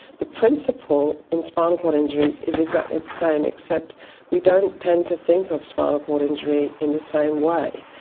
the principle in spinal cord injury is exactly the same except we don't tend to think of spinal cord injury in the same way.